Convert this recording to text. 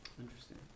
Interesting